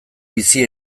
bizi